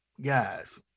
guys